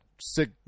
sick